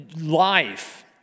life